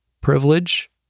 privilege